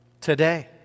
today